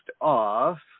off